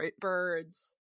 birds